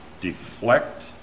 deflect